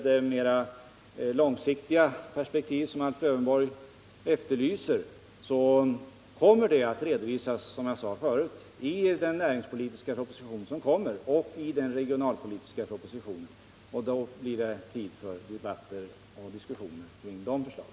Det mera långsiktiga perspektiv som Alf Lövenborg efterlyser kommer, som jag sade förut, att redovisas i den näringspolitiska proposition som skall läggas fram och i den regionalpolitiska propositionen. Då blir det tid för debatter och diskussioner kring de förslagen.